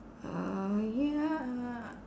uh ya